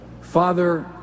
Father